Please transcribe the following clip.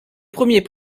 premier